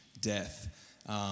death